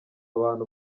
abantu